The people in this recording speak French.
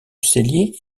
cellier